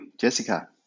Jessica